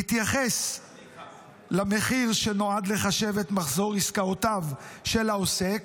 מתייחס למחיר שנועד לחשב את מחזור עסקאותיו של העוסק,